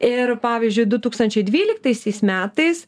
ir pavyzdžiui du tūkstančiai dvyliktaisiais metais